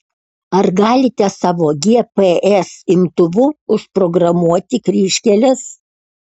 ar galite savo gps imtuvu užprogramuoti kryžkeles